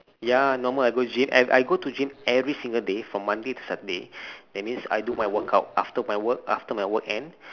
ya normal I go gym I and I go to gym every single day from monday to saturday that means I do my workout after my work after my work end